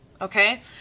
okay